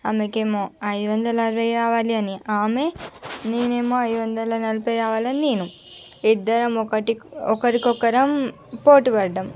ఆమెకి ఏమో ఐదు వందల అరవై రావాలని ఆమె నేను ఏమో ఐదు వందల నలబై రావాలని నేను ఇద్దరం ఒకరికి ఒకరం పోటీపడ్డాము